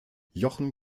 jochen